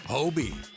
Hobie